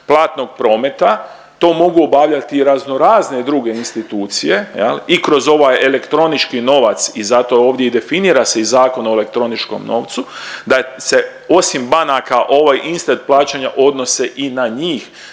platnog prometa to mogu obavljati i raznorazne druge institucije i kroz ovaj elektronički novac. I zato ovdje i definira se i Zakon o elektroničnom novcu da se osim banaka ovaj … plaćanja odnose i na njih,